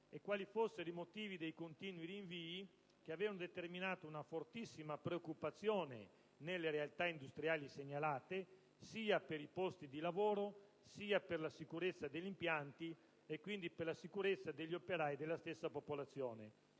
e quali fossero i motivi dei continui rinvii che avevano determinato una fortissima preoccupazione nelle realtà industriali segnalate, sia per i posti di lavoro, sia per la sicurezza degli impianti e quindi per la sicurezza degli operai e della stessa popolazione.